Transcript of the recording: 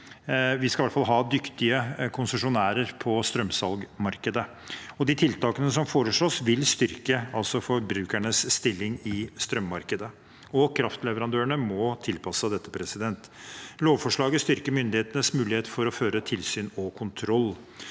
Vi skal i hvert fall ha dyktige konsesjonærer på strømsalgmarkedet. Tiltakene som foreslås, vil styrke forbrukernes stilling i strømmarkedet, og kraftleverandørene må tilpasse seg dette. Lovforslaget styrker myndighetenes mulighet for å føre tilsyn og kontroll.